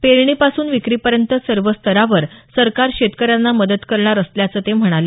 पेरणीपासून विक्रीपर्यंत सर्व स्तरावर सरकार शेतकऱ्यांना मदत करणार असल्याचं ते म्हणाले